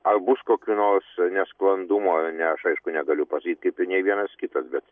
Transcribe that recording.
ar bus kokių nors nesklandumą ar ne aš aišku negaliu pasakyt kaip ir nė vienas kitas bet